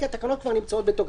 כי התקנות כבר נמצאות בתוקף.